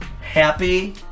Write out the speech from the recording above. happy